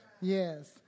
Yes